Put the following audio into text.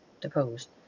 Deposed